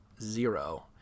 zero